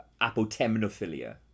apotemnophilia